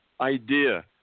idea